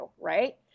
Right